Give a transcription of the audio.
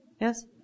Yes